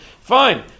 Fine